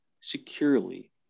securely